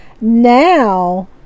now